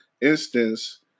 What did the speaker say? instance